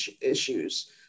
issues